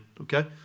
okay